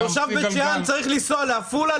תושב בית שאן צריך לנסוע לעפולה,